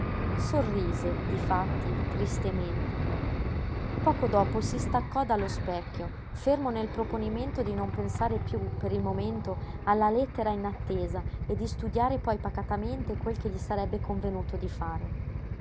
riderei sorrise difatti tristemente poco dopo si staccò dallo specchio fermo nel proponimento di non pensare piú per il momento alla lettera inattesa e di studiare poi pacatamente quel che gli sarebbe convenuto di fare